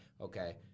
okay